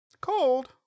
Cold